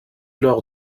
lors